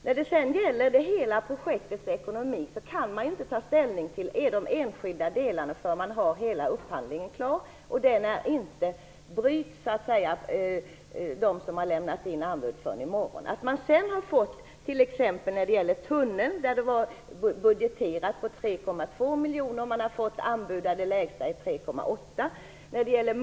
När det sedan gäller hela projektets ekonomi kan man inte ta ställning till de enskilda delarna förrän hela upphandlingen är klar, och de sista inlämnade anbuden bryts inte förrän i morgon. När det gäller tunneln, som var budgeterad till 3,2 miljoner, har man fått in ett lägsta anbud om 3,8 miljoner.